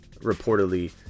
reportedly